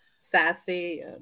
sassy